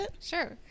Sure